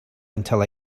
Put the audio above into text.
until